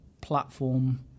platform